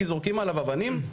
כי זורקים עליו אבנים?